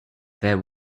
their